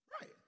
Right